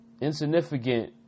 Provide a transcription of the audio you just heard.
insignificant